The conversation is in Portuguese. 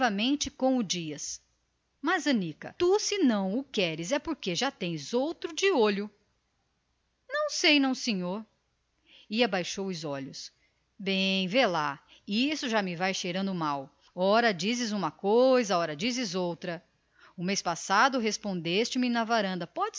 o dias nunca percebe mas anica tu se já não o queres é porque tens outro de olho não sei não senhor e abaixou os olhos bem vê lá isto já me vai cheirando mal ora dizes uma coisa ora dizes outra o mês passado respondeste me na varanda